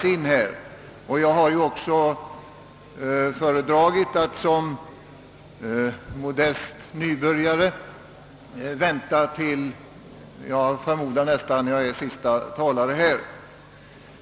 Som modest nybörjare har jag också föredragit att begära ordet som nära nog siste talare i debatten.